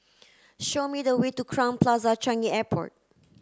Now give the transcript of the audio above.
show me the way to Crowne Plaza Changi Airport